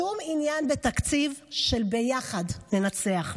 שום עניין בתקציב של "ביחד ננצח".